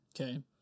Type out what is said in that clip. Okay